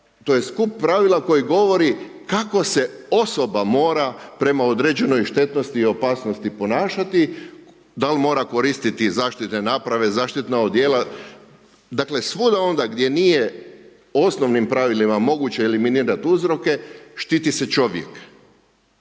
to je skup pravila koji govori kako se osoba mora prema određenoj štetnosti i opasnosti ponašati. Da li mora koristiti zaštitne naprave, zaštitna odijela? Dakle, svuda onda gdje nije osnovnim pravilima moguće eliminirati uzroke štiti se čovjek